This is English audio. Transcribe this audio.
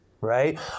Right